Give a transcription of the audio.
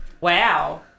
wow